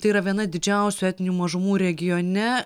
tai yra viena didžiausių etninių mažumų regione